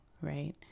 right